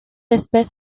espèce